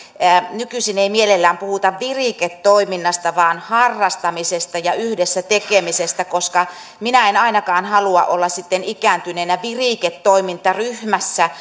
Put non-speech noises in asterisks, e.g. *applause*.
nykyisin ei mielellään puhuta viriketoiminnasta vaan harrastamisesta ja yhdessä tekemisestä koska minä en ainakaan halua olla sitten ikääntyneenä viriketoimintaryhmässä *unintelligible*